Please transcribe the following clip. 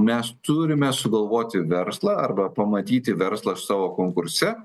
mes turime sugalvoti verslą arba pamatyti verslą savo konkurse